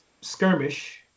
skirmish